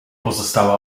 pozostała